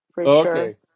Okay